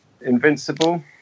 Invincible